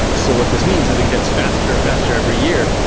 so what this means is it gets faster and faster every year.